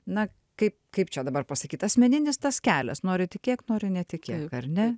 na kaip kaip čia dabar pasakyti asmeninis tas kelias nori tikėk nori netikėk ar ne